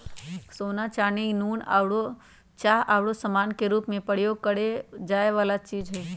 सोना, चानी, नुन, चाह आउरो समान के रूप में प्रयोग करए जाए वला चीज हइ